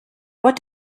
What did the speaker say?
what